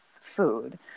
food